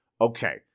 Okay